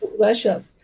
Russia